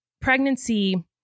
pregnancy